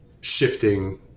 shifting